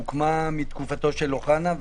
הוקמה בתקופתו של אוחנה,